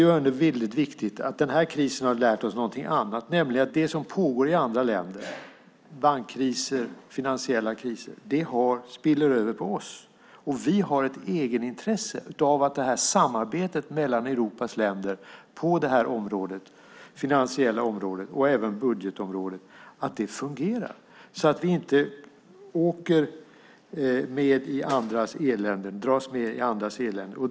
Sedan är det väldigt viktigt att krisen har lärt oss något annat, nämligen att det som pågår i andra länder - bankkriser och finansiella kriser - spiller över på oss. Vi har ett egenintresse av att detta samarbete mellan Europas länder på det finansiella området och även budgetområdet fungerar, så att vi inte dras med i andras elände.